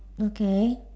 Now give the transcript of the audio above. okay